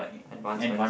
advancements